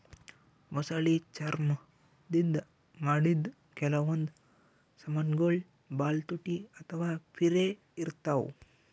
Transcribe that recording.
ಮೊಸಳಿ ಚರ್ಮ್ ದಿಂದ್ ಮಾಡಿದ್ದ್ ಕೆಲವೊಂದ್ ಸಮಾನ್ಗೊಳ್ ಭಾಳ್ ತುಟ್ಟಿ ಅಥವಾ ಪಿರೆ ಇರ್ತವ್